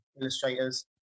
illustrators